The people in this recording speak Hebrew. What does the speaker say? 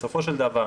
בסופו של דבר,